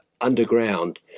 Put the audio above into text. underground